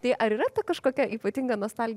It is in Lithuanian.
tai ar yra ta kažkokia ypatinga nostalgija